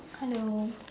hello